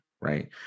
right